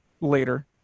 later